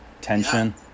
tension